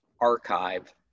archive